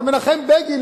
אבל מנחם בגין,